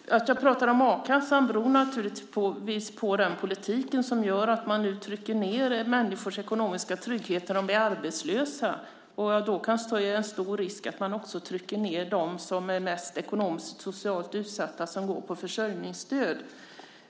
Fru talman! Att jag pratar om a-kassan beror naturligtvis på den politik som gör att man nu trycker ned människors ekonomiska trygghet när de blir arbetslösa. Då är det också en stor risk att man också trycker ned dem som är mest ekonomiskt och socialt utsatta och som går på försörjningsstöd.